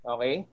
Okay